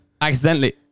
accidentally